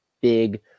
big